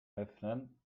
öffnen